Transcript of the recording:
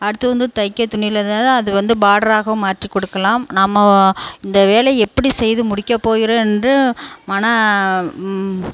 அடுத்தது வந்து தைக்க துணி இல்லாததுனால் அது வந்து பார்டராகவும் மாற்றி கொடுக்கலாம் நம்ம இந்த வேலை எப்படி செய்து முடிக்க போகிறோம் என்று மன